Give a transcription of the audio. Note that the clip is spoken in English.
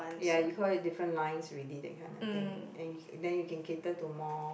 ya you call it different lines already that kind of thing and you then you can cater to more